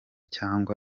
cyangwa